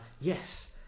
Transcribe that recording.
yes